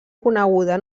coneguda